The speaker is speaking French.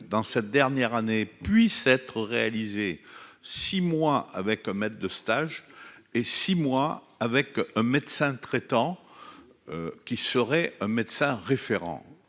dans sa dernière année, puisse être réalisée. Six mois avec un maître de stage et 6 mois avec un médecin traitant. Qui serait un médecin référent.